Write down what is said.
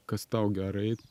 kas tau gerai